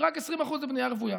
ורק 20% הם לבנייה רוויה.